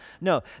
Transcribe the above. No